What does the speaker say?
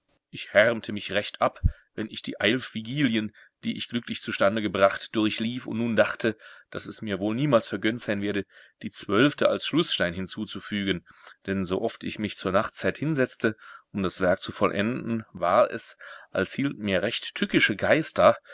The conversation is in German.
ich härmte mich recht ab wenn ich die eilf vigilien die ich glücklich zustande gebracht durchlief und nun dachte daß es mir wohl niemals vergönnt sein werde die zwölfte als schlußstein hinzuzufügen denn so oft ich mich zur nachtzeit hinsetzte um das werk zu vollenden war es als hielten mir recht tückische geister